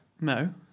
No